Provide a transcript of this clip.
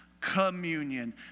communion